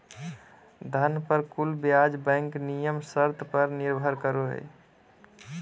धन पर कुल ब्याज बैंक नियम शर्त पर निर्भर करो हइ